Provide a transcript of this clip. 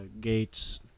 gates